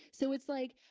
so it's like,